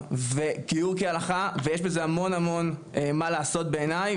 וגיור כהלכה, ויש בזה המון המון מה לעשות בעיני.